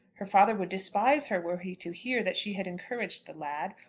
her father would despise her were he to hear that she had encouraged the lad,